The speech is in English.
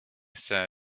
said